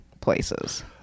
places